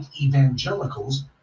evangelicals